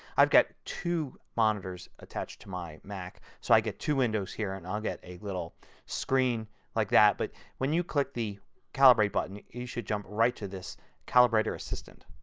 i've got two monitors attached to my mac so i get two windows here and i'll get a little screen like that. but when you click the calibrate button you should jump right to this calibrator assistant.